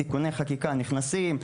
תיקוני חקיקה נכנסים,